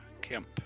camp